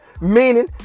Meaning